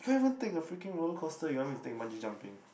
private thing of freaking roller coaster you want me to take bungee jumping